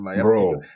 bro